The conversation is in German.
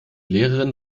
lehrerin